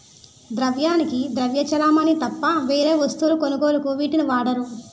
ద్రవ్యానికి ద్రవ్య చలామణి తప్ప వేరే వస్తువుల కొనుగోలుకు వీటిని వాడరు